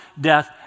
death